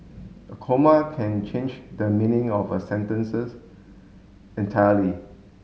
a comma can change the meaning of a sentences entirely